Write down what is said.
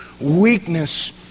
weakness